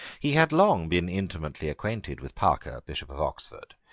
he had long been intimately acquainted with parker, bishop of oxford,